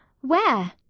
Where